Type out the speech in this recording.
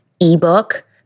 ebook